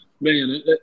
man